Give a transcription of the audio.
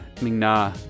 Ming-Na